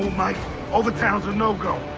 my overtown's a no-go.